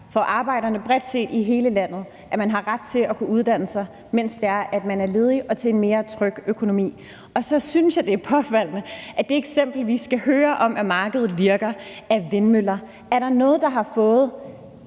for arbejderne bredt set i hele landet – at man har ret til at kunne uddanne sig, mens man er ledig og med en mere tryg økonomi. Og så synes jeg, det er påfaldende, at det eksempel, vi skal høre, på, at markedet virker, er vindmøller; er der noget, der har fået